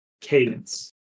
cadence